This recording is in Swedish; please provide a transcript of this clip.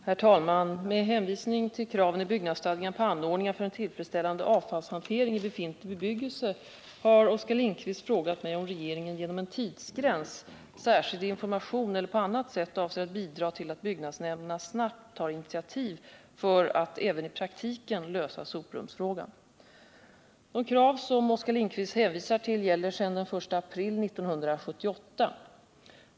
Herr talman! Med hänvisning till kraven i byggnadsstadgan på anordningar för en tillfredsställande avfallshantering i befintlig bebyggelse har Oskar Lindkvist frågat mig om regeringen genom en tidsgräns, särskild information eller på annat sätt avser att bidra till att byggnadsnämnderna snarast tar initiativ för att även i praktiken lösa soprumsfrågan. De krav som Oskar Lindkvist hänvisar till gäller sedan den 1 april 1978.